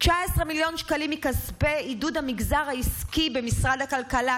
19 מיליון שקלים מכספי עידוד המגזר העסקי במשרד הכלכלה,